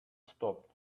stop